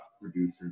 producers